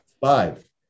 five